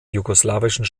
jugoslawischen